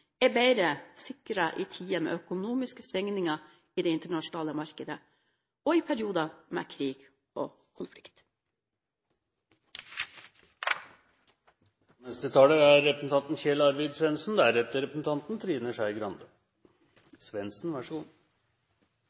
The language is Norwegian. er bedre sikret i tider med økonomiske svingninger i det internasjonale markedet og i perioder med krig og